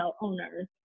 owners